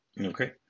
Okay